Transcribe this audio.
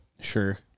sure